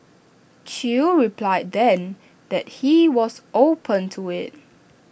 chew replied then that he was open to IT